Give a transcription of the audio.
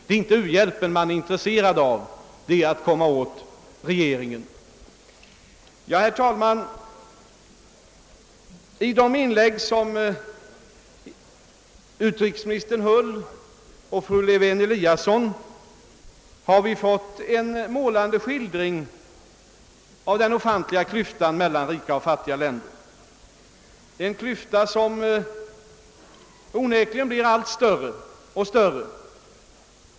Det är inte u-hjälpen man är intresserad av utan det är att komma åt regeringen. Herr talman! I inläggen av utrikesministern och fru Lewén-Eliasson har vi fått en målande skildring av den ofantliga klyftan mellan rika och fattiga länder, en klyfta som onekligen blir allt större.